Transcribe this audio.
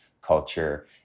culture